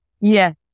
Yes